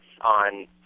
on